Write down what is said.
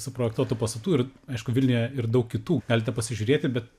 suprojektuotų pastatų ir aišku vilniuje ir daug kitų galite pasižiūrėti bet